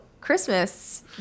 Christmas